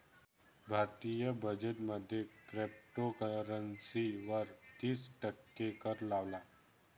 भारतीय बजेट मध्ये क्रिप्टोकरंसी वर तिस टक्के कर लावला